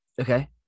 okay